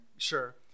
Sure